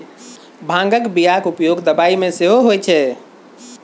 भांगक बियाक उपयोग दबाई मे सेहो होए छै